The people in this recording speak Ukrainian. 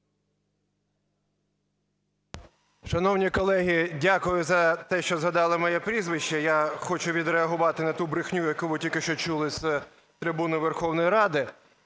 Шановні колеги, дякую за те, що згадали моє прізвище. Я хочу відреагувати на ту брехню, яку ви тільки що чули з трибуни Верховної Ради.